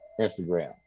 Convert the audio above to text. Instagram